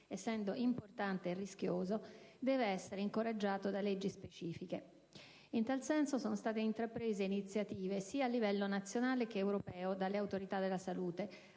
essendo importante e rischioso, deve essere incoraggiato da leggi specifiche. In tal senso sono state intraprese iniziative sia a livello nazionale che europeo dalle autorità della salute,